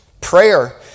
Prayer